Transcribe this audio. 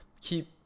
keep